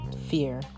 fear